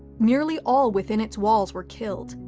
nearly all within its walls were killed,